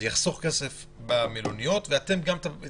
זה דבר שיחסוך כסף במלוניות וגם יאפשר לעשות